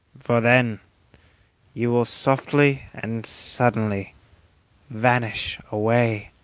for then you will softly and suddenly vanish away,